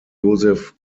joseph